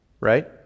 Right